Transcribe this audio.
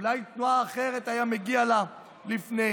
אולי תנועה אחרת, היה מגיע לה לפני?